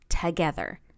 together